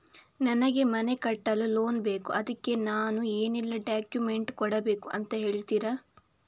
ನನಗೆ ಮನೆ ಕಟ್ಟಲು ಲೋನ್ ಬೇಕು ಅದ್ಕೆ ನಾನು ಏನೆಲ್ಲ ಡಾಕ್ಯುಮೆಂಟ್ ಕೊಡ್ಬೇಕು ಅಂತ ಹೇಳ್ತೀರಾ?